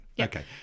okay